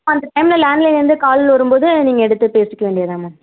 அந்த டைமில் லேண்ட்லைன்லருந்து கால் வரும்போது நீங்கள் எடுத்து பேசிக்க வேண்டியதான் மேம்